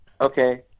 Okay